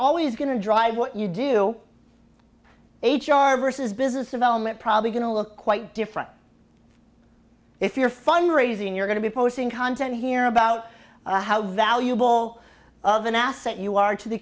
always going to drive what you do h r versus business development probably going to look quite different if you're fund raising you're going to be posing content here about how valuable of an asset you are to the